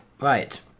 Right